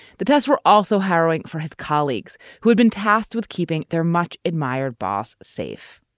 the tests were also harrowing for his colleagues, who'd been tasked with keeping their much admired boss safe.